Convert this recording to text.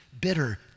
bitter